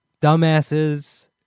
dumbasses